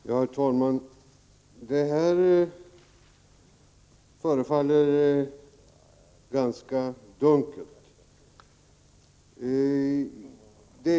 Herr talman! Detta förefaller ganska dunkelt.